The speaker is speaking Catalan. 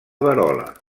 verola